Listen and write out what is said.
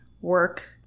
work